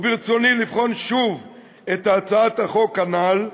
וברצוני לבחון שוב את הצעת החוק הנ"ל,